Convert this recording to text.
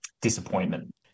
disappointment